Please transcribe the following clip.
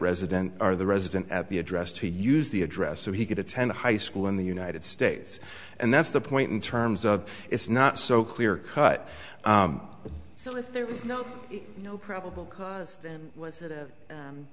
resident are the resident at the address to use the address so he could attend high school in the united states and that's the point in terms of it's not so clear cut so if there was no probable cause